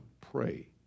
Pray